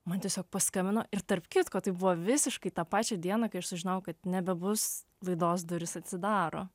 man tiesiog paskambino ir tarp kitko tai buvo visiškai tą pačią dieną kai aš sužinojau kad nebebus laidos durys atsidaro